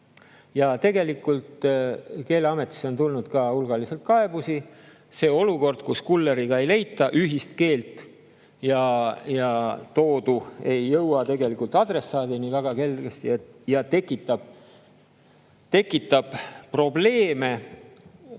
Ja tegelikult Keeleametisse on tulnud hulgaliselt kaebusi. See olukord, kus kulleriga ei leita ühist keelt ja toodu ei jõua väga kergesti adressaadini ja tekitab probleeme